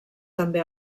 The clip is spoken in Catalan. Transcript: també